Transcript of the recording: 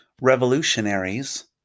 revolutionaries